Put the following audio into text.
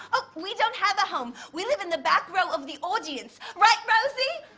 oh, we don't have a home. we live in the back row of the audience. right, rosie?